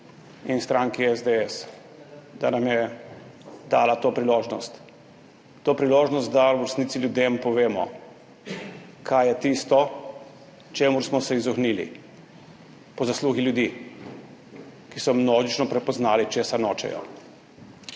in stranki SDS, da nam je dala to priložnost. To priložnost, da v resnici ljudem povemo, kaj je tisto, čemur smo se izognili po zaslugi ljudi, ki so množično prepoznali, česa nočejo.